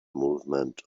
movement